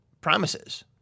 promises